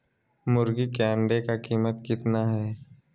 मुर्गी के अंडे का कीमत कितना है?